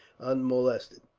unmolested.